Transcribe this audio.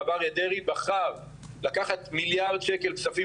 הרב אריה דרעי בחר לקחת מיליארד שקל כספים